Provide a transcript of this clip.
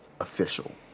official